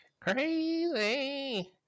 crazy